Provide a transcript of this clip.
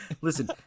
Listen